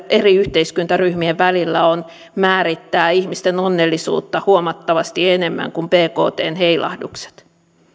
eri yhteiskuntaryhmien välillä on määrittää ihmisten onnellisuutta huomattavasti enemmän kuin bktn heilahdukset